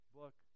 book